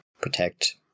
protect